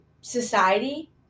society